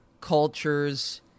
cultures